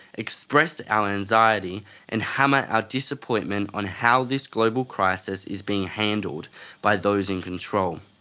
express our anxiety and hammer our disappointment on how this global crisis is being handled by those in control.